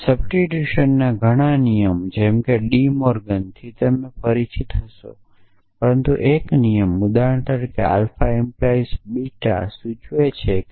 સબસ્ટીટ્યુશનના ઘણા નિયમ જેમ કે ડી મોર્ગન થી તમે પરિચિત હશો પરંતુ એક નિયમ ઉદાહરણ તરીકે આલ્ફા 🡪 બીટા સૂચવે છે કે